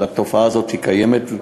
אבל התופעה הזאת קיימת,